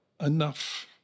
enough